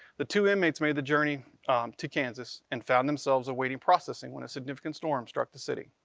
the two inmates made the journey to kansas and found themselves awaiting processing when a significant storm struck the city.